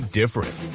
different